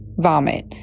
vomit